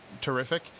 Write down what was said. terrific